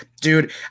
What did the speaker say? dude